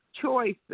choices